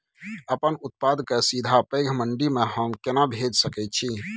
अपन उत्पाद के सीधा पैघ मंडी में हम केना भेज सकै छी?